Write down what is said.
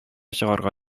чыгарырга